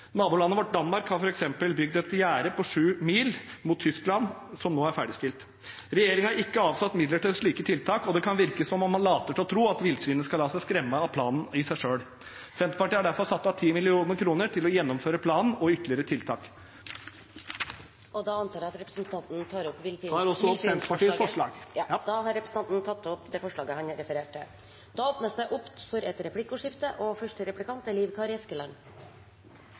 Vårt naboland Danmark har f.eks. bygd et gjerde på sju mil mot Tyskland, som nå er ferdigstilt. Regjeringen har ikke avsatt midler til slike tiltak, og det kan virke som om man later til å tro at villsvinet skal la seg skremme av planen i seg selv. Senterpartiet har derfor satt av 10 mill. kr til å gjennomføre planen og ytterligere tiltak. Jeg tar opp Senterpartiets forslag. Da har representanten Ole André Myhrvold tatt opp det forslaget han refererte til.